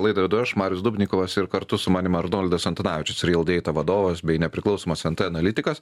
laidą vedu aš marius dubnikovas ir kartu su manim arnoldas antanavičius rildeita vadovas bei nepriklausomas en t analitikas